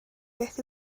beth